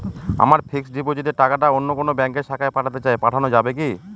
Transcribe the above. আমার ফিক্সট ডিপোজিটের টাকাটা অন্য কোন ব্যঙ্কের শাখায় পাঠাতে চাই পাঠানো যাবে কি?